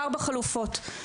ארבע חלופות.